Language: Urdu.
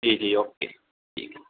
جی جی اوکے ٹھیک ہے